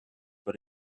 but